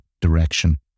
direction